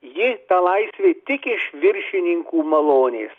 ji ta laisvė tik iš viršininkų malonės